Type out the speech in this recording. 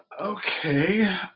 Okay